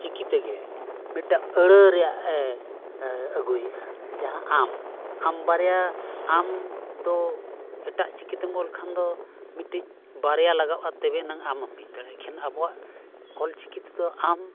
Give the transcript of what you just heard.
ᱪᱤᱠᱤ ᱛᱮᱜᱮ ᱢᱤᱫᱴᱟᱜ ᱟᱹᱲᱟᱹ ᱨᱮᱭᱟᱜ ᱮ ᱟᱹᱜᱩᱭᱮᱜᱼᱟ ᱡᱟᱦᱟᱸ ᱟᱢ ᱟᱢ ᱵᱟᱨᱭᱟ ᱟᱢ ᱫᱚ ᱮᱴᱟᱜ ᱪᱤᱠᱤ ᱛᱮᱢ ᱚᱞ ᱠᱷᱟᱱ ᱫᱚ ᱢᱤᱫᱴᱤᱡ ᱵᱟᱨᱭᱟ ᱞᱟᱜᱟᱜᱼᱟ ᱛᱚᱵᱮ ᱱᱟᱝ ᱟᱢ ᱦᱩᱭ ᱫᱟᱲᱮᱭᱟᱜᱼᱟ ᱮᱠᱷᱮᱱ ᱟᱵᱚᱣᱟᱜ ᱚᱞᱪᱤᱠᱤ ᱛᱮᱫᱚ ᱟᱢ